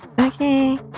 Okay